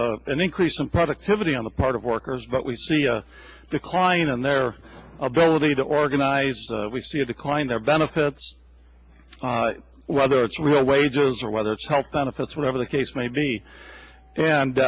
an increase in productivity on the part of workers but we see a decline in their ability to organize we see a decline their benefits whether it's real wages or whether it's health benefits whatever the case may be